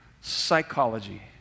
psychology